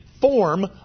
form